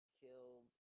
killed